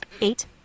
eight